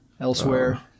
elsewhere